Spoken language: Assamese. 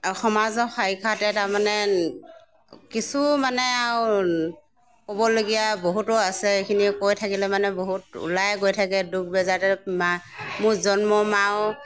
সমাজৰ সাক্ষাতে তাৰমানে কিছু মানে আৰু ক'বলগীয়া বহুতো আছে এইখিনি কৈ থাকিলে মানে বহুত ওলাই গৈ থাকে দুখ বেজাৰতে মা মোৰ জন্ম মাও